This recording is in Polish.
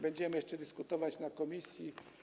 Będziemy jeszcze dyskutować w komisji.